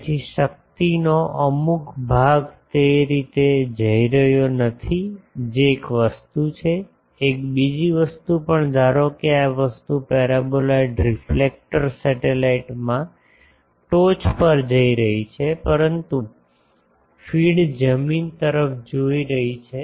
તેથી શક્તિનો અમુક ભાગ તે રીતે જઈ રહ્યો નથી જે એક વસ્તુ છે એક બીજી વસ્તુ પણ ધારો કે આ વસ્તુ પેરાબોલોઈડ રિફલેક્ટર સેટેલાઇટમાં ટોચ પર જોઈ રહી છે પરંતુ ફીડ જમીન તરફ જોઈ રહી છે